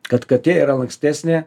kad katė yra lankstesnė